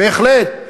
בהחלט,